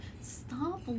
Stop